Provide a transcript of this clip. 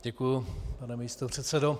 Děkuji, pane místopředsedo.